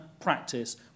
practice